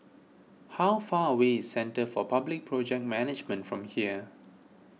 how far away is Centre for Public Project Management from here